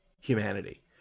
humanity